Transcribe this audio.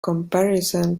comparison